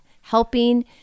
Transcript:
helping